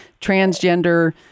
transgender